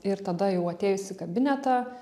ir tada jau atėjus į kabinetą